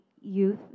youth